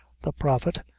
the prophet,